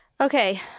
Okay